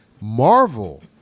Marvel